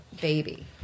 Baby